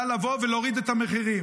להוריד את המחירים.